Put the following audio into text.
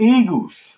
Eagles